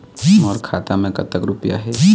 मोर खाता मैं कतक रुपया हे?